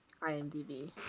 IMDb